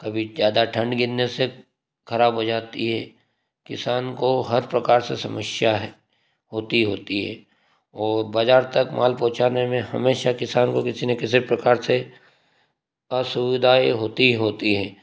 कभी ज़्यादा ठंड गिरने से खराब हो जाती है किसान को हर प्रकार से समस्या है होती ही होती है और बाजार तक माल पहुँचाने में हमेशा किसान को किसी ना किसी प्रकार से असुविधाएं होती ही होती है